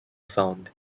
sound